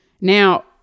Now